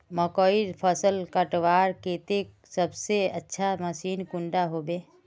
मकईर फसल कटवार केते सबसे अच्छा मशीन कुंडा होबे?